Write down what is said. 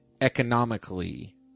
economically